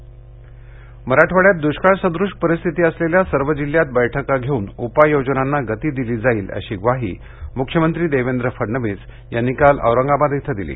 मख्य मंत्री मराठवाइयात दृष्काळ सद्रश परिस्थिती असलेल्या सर्व जिल्ह्यात बैठका घेऊन उपाययोजनांना गती दिली जाईल अशी ग्वाही मुख्यमंत्री देवेंद्र फडणवीस यांनी काल औरंगाबाद इथं दिली